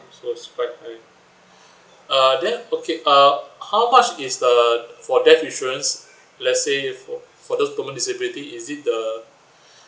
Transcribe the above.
so is quite high uh then okay uh how much is the for death insurance let's say for for those permanent disability is it the